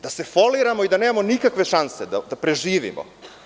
Da se foliramo i da nemamo nikakve šanse da preživimo.